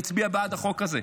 הצביעו בעד החוק הזה,